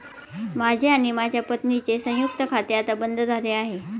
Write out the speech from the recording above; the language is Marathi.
माझे आणि माझ्या पत्नीचे संयुक्त खाते आता बंद झाले आहे